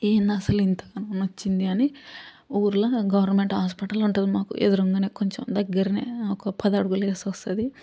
ఏంది అసలు ఇంతగానం నొచ్చింది అని ఊరిలో గవర్నమెంట్ హాస్పిటల్ ఉంటుంది మాకు ఎదురుగానే కొంచెం దగ్గరనే ఒక పది అడుగులు వేస్తే వస్తుంది